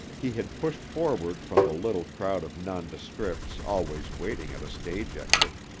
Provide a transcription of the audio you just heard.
he had pushed forward from the little crowd of nondescripts always waiting at a stage exit,